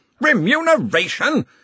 Remuneration